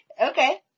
Okay